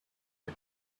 the